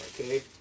okay